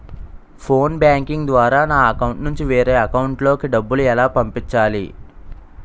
Phone banking ద్వారా నా account నుంచి వేరే అకౌంట్ లోకి డబ్బులు ఎలా పంపించాలి?